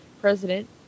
President